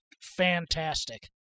fantastic